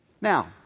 Now